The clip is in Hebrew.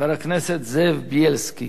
חבר הכנסת זאב בילסקי.